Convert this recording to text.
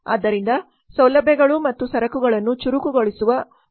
ಆದ್ದರಿಂದ ಸೌಲಭ್ಯಗಳು ಮತ್ತು ಸರಕುಗಳನ್ನು ಚುರುಕುಗೊಳಿಸುವ ಮತ್ತು ಆಕರ್ಷಕವಾಗಿ ಇರಿಸಬೇಕು